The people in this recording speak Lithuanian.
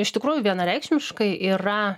iš tikrųjų vienareikšmiškai yra